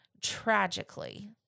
tragically